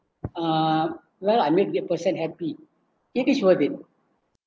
uh well I make this person happy it is worth it